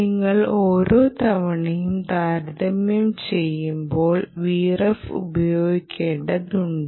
നിങ്ങൾ ഓരോ തവണയും താരതമ്യം ചെയ്യുമ്പോൾ Vref ഉപയോഗിക്കേണ്ടതുണ്ട്